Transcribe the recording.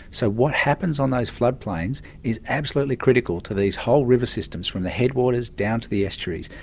so, what happens on those flood plains is absolutely critical to these whole river systems from the headwaters down to the estuaries.